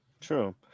true